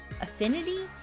affinity